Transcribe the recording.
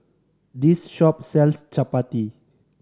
this shop sells Chapati